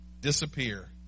disappear